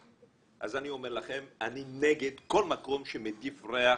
אז אני אומר לכם, אני נגד כל מקום שמדיף ריח